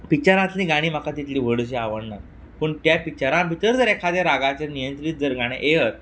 पिक्चरांतलीं गाणीं म्हाका तितलीं व्हडशीं आवडना पूण त्या पिक्चरां भितर जर एखादें रागाचें नियंत्रीत जर गाणें येयत